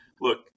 look